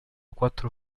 quattro